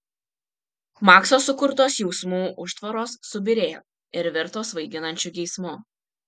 makso sukurtos jausmų užtvaros subyrėjo ir virto svaiginančiu geismu